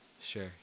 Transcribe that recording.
Sure